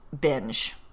binge